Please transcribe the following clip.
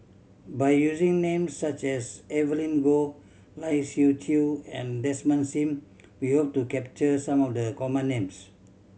by using names such as Evelyn Goh Lai Siu Chiu and Desmond Sim we hope to capture some of the common names